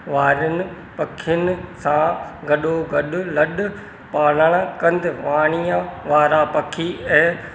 वारनि पखियुन सां गॾोगॾु लॾ पलाण कंद पाणीअ वारा पखी ऐं